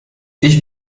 ich